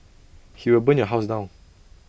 he will burn your house down